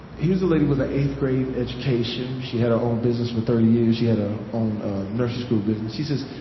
here's a lady with an eighth grade education. she had her own business for thirty years she had her own nursery school business. she says,